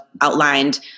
outlined